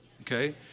Okay